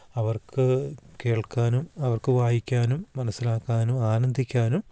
അവർക്ക് കേൾക്കാനും അവർക്ക് വായിക്കാനും മനസ്സിലാക്കാനും ആനന്ദിക്കാനും